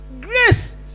Grace